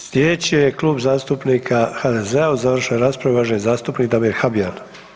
Slijedeći je Klub zastupnika HDZ-a, u završnoj raspravi uvaženi zastupnik Damir Habijan.